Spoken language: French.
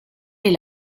les